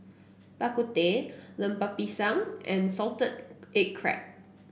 Bak Kut Teh Lemper Pisang and Salted Egg Crab